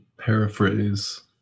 paraphrase